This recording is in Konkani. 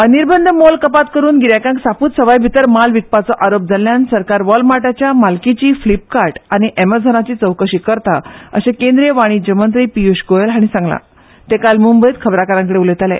अनिर्बध मोल कपात करून गिरयकांक सापूच सवाय भितर माल विकपाचो आरोप जाल्यान सरकार वॉलमार्टाच्या मालकीची फिल्पकार्ट आनी ॲमझोनाची चौकशी करता अशे केंद्रीय वाणिज्य मंत्री पियुष गोयल हाणी सांगला ते काल मुंबयत खाबराकारांकडे उलयताले